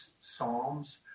psalms